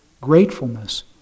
gratefulness